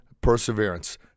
perseverance